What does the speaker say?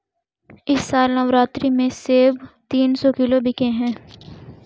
इस साल नवरात्रि में सेब तीन सौ किलो बिके हैं